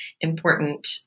important